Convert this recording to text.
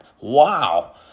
Wow